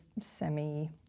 semi